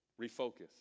refocus